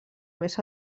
més